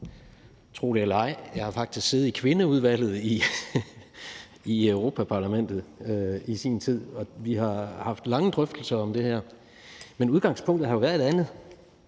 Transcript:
Tro det eller ej, jeg har faktisk siddet i kvindeudvalget i Europa-Parlamentet i sin tid, og vi har haft lange drøftelser om det her. Men udgangspunktet har jo været et andet,